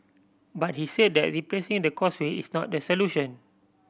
but he said that replacing the Causeway is not the solution